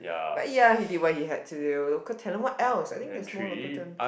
but ya he did what he had to do local talent what else I think that's more local talent